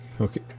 Okay